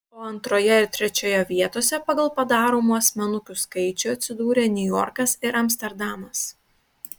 o antroje ir trečioje vietose pagal padaromų asmenukių skaičių atsidūrė niujorkas ir amsterdamas